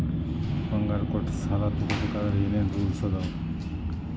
ಬಂಗಾರ ಕೊಟ್ಟ ಸಾಲ ತಗೋಬೇಕಾದ್ರೆ ಏನ್ ಏನ್ ರೂಲ್ಸ್ ಅದಾವು?